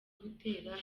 gutera